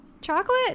Chocolate